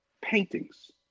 paintings